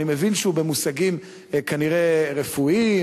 אני מבין שהוא במושגים כנראה רפואיים,